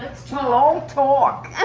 let's talk. we're all talk.